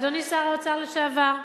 אדוני, שר האוצר לשעבר,